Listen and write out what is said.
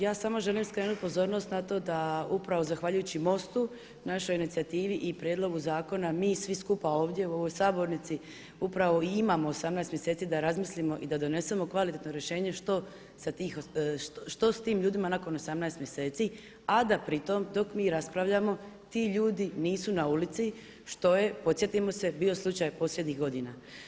Ja samo želim skrenuti pozornost na to da upravo zahvaljujući MOST-u, našoj inicijativi i prijedlogu zakona mi svi skupa ovdje u ovoj sabornici upravo i imamo 18 mjeseci da razmislimo i da donesemo kvalitetno rješenje što sa tim ljudima nakon 18 mjeseci a da pri tome dok mi raspravljamo ti ljudi nisu na ulici što je, podsjetimo se bio slučaj posljednjih godina.